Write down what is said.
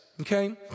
Okay